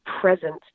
present